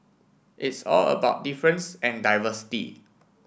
it's all about difference and diversity